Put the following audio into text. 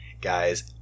Guys